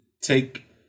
take